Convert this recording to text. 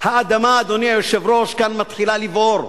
האדמה, אדוני היושב-ראש, מתחילה לבעור.